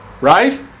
Right